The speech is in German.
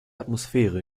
atmosphäre